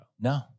No